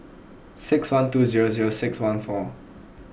six one two zero zero six one four